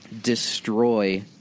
destroy